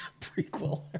Prequel